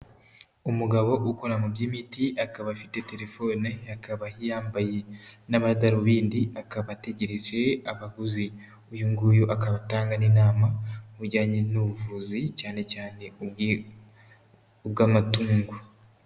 Umugabo ukora mu by'imiti, akaba afite telefone, akaba yambaye n'amadarubindi, akaba ategeje abaguzi. Uyu nguyu akabatanga n' inama kubijyanye n'ubuvuzi cyane cyane ubw'amatungo